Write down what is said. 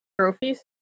trophies